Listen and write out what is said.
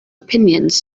opinions